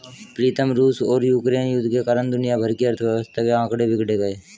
प्रीतम रूस और यूक्रेन युद्ध के कारण दुनिया भर की अर्थव्यवस्था के आंकड़े बिगड़े हुए